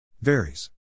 Varies